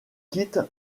quitte